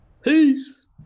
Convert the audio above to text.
Peace